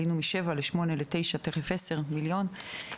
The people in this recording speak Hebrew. עוד מעט נמנה 10 מיליוני בני אדם.